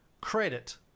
credit